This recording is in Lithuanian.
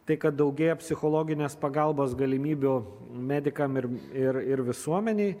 tai kad daugėja psichologinės pagalbos galimybių medikam ir ir ir visuomenei